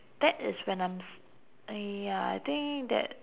that is when I'm s~ !aiya! I think that